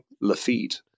Lafitte